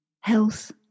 health